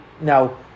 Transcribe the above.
now